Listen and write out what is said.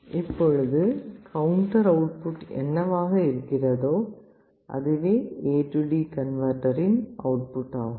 இப்பொழுது counter output என்னவாக இருக்கிறதோ அதுவே AD கன்வேர்டரின் அவுட்புட் ஆகும்